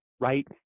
Right